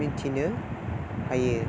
मोन्थिनो हायो